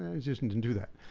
i just and didn't do that.